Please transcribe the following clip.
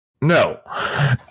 No